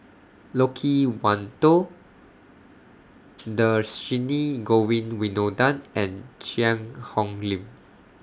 Loke Wan Tho Dhershini Govin Winodan and Cheang Hong Lim